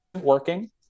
working